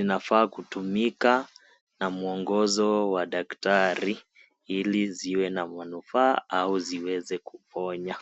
inafaa kutumiwa na mwongozo kutoka kwa daktari ili ziweze kuwa na manufaa au ziweze kuponya.